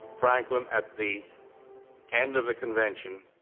franklin, at the end of the convention,